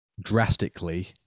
drastically